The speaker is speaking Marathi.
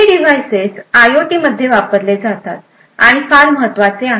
असे डिव्हाइसेस आयोटी मध्ये वापरले जातात आणि फार महत्वाचे आहेत